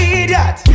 idiot